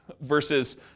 Versus